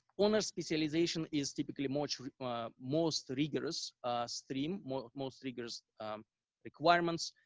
wellness specialization is typically most most rigorous stream, most most rigorous requirements,